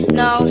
no